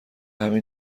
همین